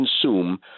consume